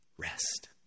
rest